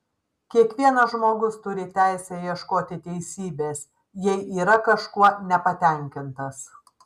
kiekvienas žmogus turi teisę ieškoti teisybės jei yra kažkuo nepatenkintas